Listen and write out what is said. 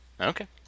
Okay